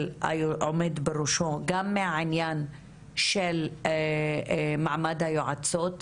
העומד בראשו גם מהעניין של מעמד היועצות